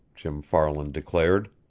jim farland declared.